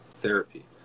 therapy